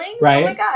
right